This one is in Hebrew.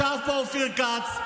ישב פה אופיר כץ,